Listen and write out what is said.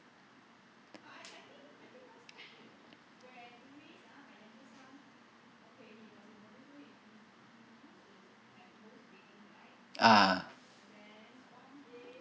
ah